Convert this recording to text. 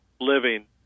living